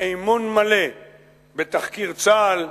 אמון מלא בתחקיר צה"ל.